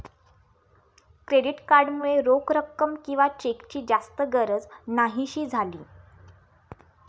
credit card मुळे रोख रक्कम किंवा चेकची जास्त गरज न्हाहीशी झाली